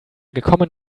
gekommen